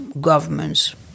governments